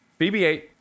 BB-8